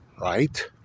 right